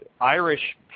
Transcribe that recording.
Irish